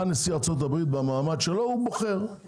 נשיא ארצות הברית במעמד שלו והוא בוחר.